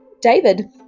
david